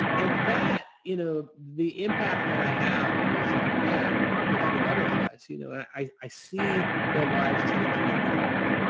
and that you know the impact that i have on these young men gives me butterflies. you know, i see their lives changing in front of me.